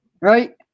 right